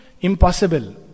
impossible